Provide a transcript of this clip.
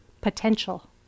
potential